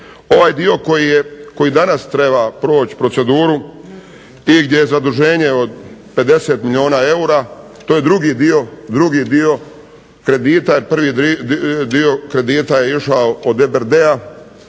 Ovaj dio koji danas treba proći proceduru i gdje je zaduženje od 50 milijuna eura to je drugi dio kredita, prvi dio kredita je išao od EBRD-a